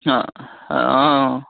অঁ অঁ অঁ